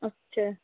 ਅੱਛਾ